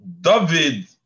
David